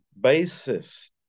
basis